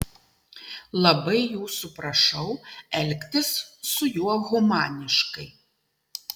labai jūsų prašau elgtis su juo humaniškai